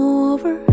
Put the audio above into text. over